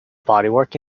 bodywork